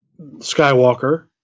Skywalker